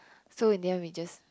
so in the end we just